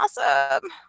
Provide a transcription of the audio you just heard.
awesome